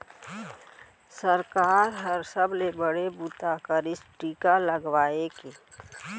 सरकार ह सबले बड़े बूता करिस टीका लगवाए के